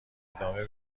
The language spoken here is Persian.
ادامه